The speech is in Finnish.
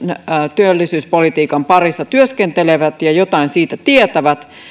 työllisyyspolitiikan parissa työskentelevät ja jotain siitä tietävät